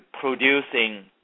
producing